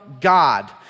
God